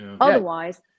otherwise